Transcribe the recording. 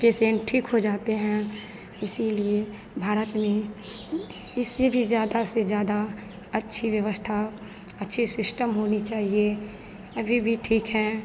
patient ठीक हो जाते हैं इसीलिए भारत में इससे भी ज़्यादा से ज़्यादा अच्छी व्यवस्था अच्छी सिश्टम होना चाहिए अभी भी ठीक है